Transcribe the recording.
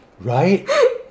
Right